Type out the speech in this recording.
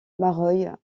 mareuil